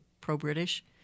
pro-British